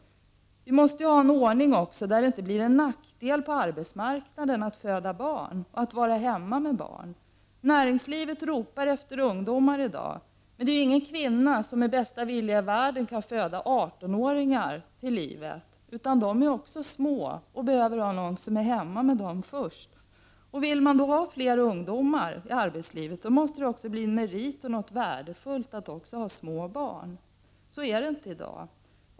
Vi måste ha en ordning där det inte blir en nackdel på arbetsmarknaden att föda barn och att vara hemma med dem. Näringslivet ropar i dag efter ungdomar, men det finns ingen kvinna som med bästa vilja i världen kan föda 18-åringar till livet, utan de börjar med att vara små och behöver då någon som kan vara hemma med dem. Vill man ha fler ungdomar i arbetslivet måste det betraktas som en merit och något värdefullt att ha små barn. Så är inte förhållandet i dag.